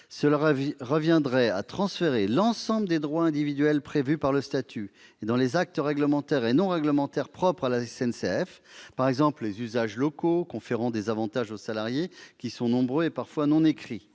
mesure reviendrait à transférer l'ensemble des droits individuels prévus par le statut et figurant dans les actes réglementaires et non réglementaires propres à la SNCF. Je songe, par exemple, aux usages locaux conférant des avantages aux salariés, lesquels sont nombreux et parfois non écrits.